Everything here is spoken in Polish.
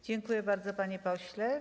Dziękuję bardzo, panie pośle.